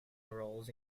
roles